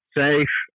safe